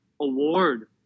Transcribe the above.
award